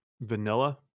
vanilla